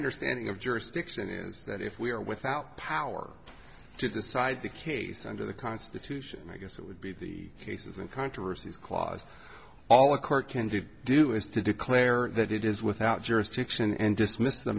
understanding of jurisdiction is that if we are without power to decide the case under the constitution i guess that would be the case and controversies clause all a court can do do is to declare that it is without jurisdiction and dismiss the